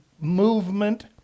movement